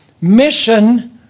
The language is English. Mission